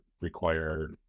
require